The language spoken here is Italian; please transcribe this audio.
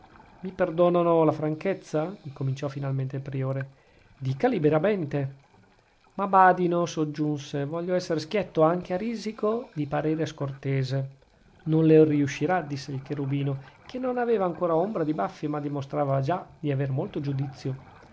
mi perdonano la franchezza incominciò finalmente il priore dica liberamente ma badino soggiunse voglio essere schietto anche a risico di parere scortese non le riuscirà disse il cherubino che non aveva ancora ombra di baffi ma dimostrava già di aver molto giudizio